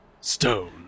Stone